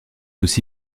aussi